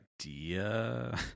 idea